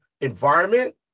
environment